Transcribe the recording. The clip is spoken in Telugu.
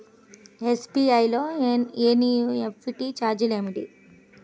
ఎస్.బీ.ఐ లో ఎన్.ఈ.ఎఫ్.టీ ఛార్జీలు ఏమిటి?